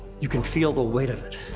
you can feel the weight of it.